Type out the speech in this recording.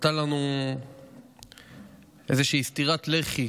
נתן לנו איזושהי סטירת לחי